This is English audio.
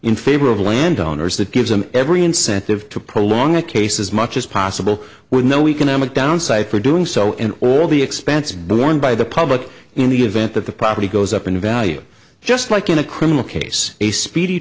in favor of landowners that gives them every incentive to prolong a case as much as possible with no economic downside for doing so and all the expense borne by the public in the event that the property goes up in value just like in a criminal case a speedy